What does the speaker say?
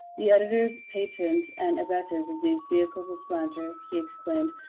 the editors, patrons, and abettors of these vehicles of slander, he exclaimed,